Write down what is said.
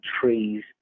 trees